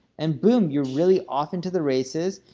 and boom, you're really off into the races.